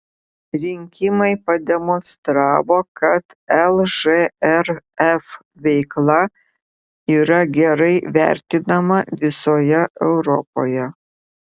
rinkimai pademonstravo kad lžrf veikla yra gerai vertinama visoje europoje